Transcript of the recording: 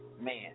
man